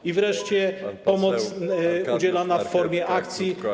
I wreszcie pomoc udzielana w formie akcji.